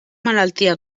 malaltia